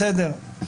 בסדר.